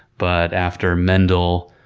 but after, mendel